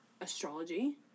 astrology